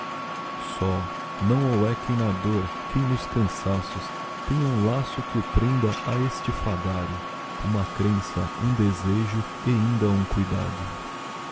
só não o é quem na dor quem nos cançaços tem um laço que o prenda a este fadario uma crença um desejo e inda um cuidado